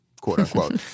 quote-unquote